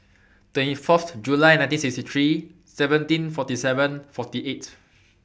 twenty four July nineteen sixty three seventeen forty seven forty eight